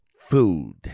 food